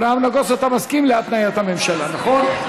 אברהם נגוסה, אתה מסכים להתניית הממשלה, נכון?